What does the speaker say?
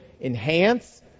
enhance